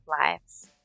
lives